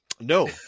no